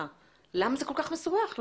זה כל כך מסובך?